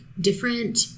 different